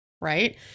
Right